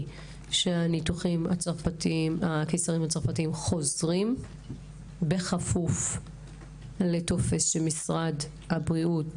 שהניתוחים הקיסריים חוזרים בכפוף לטופס שמשרד הבריאות